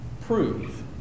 prove